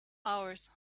hours